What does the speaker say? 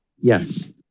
Yes